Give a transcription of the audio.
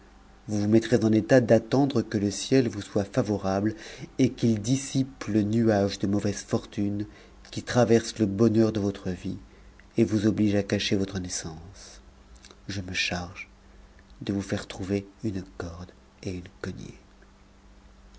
vous vous mettrez en état d'attendre que le ciel vous soit favorable et qu'il dissipe le nuage de mauvaise fortune qui traverse le bonheur de votre vie et vous oblige à cacher votre naissance je me charge de vous faire trouver une corde et une cognée